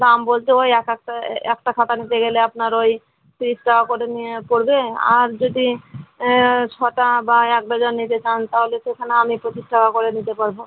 দাম বলতে ওই একেকটা একটা খাতা নিতে গেলে আপনার ওই তিরিশ টাকা করে নিয়ে পড়বে আর যদি ছটা বা এক ডজন নিতে চান তাহলে সেখানে আমি পঁচিশ টাকা করে নিতে পারবো